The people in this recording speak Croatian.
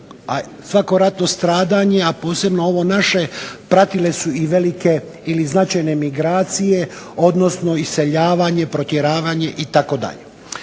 svako ratno stradanje, a posebno ovo naše pratile su i velike ili značajne migracije, odnosno iseljavanje, protjeravanje itd.